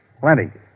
Plenty